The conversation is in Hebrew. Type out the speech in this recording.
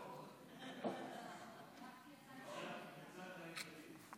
אותך אף פעם לא ביקרתי,